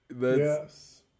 Yes